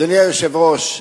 אדוני היושב-ראש,